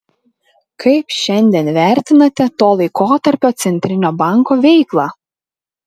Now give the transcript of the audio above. kaip šiandien vertinate to laikotarpio centrinio banko veiklą